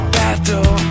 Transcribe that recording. battle